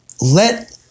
Let